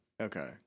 Okay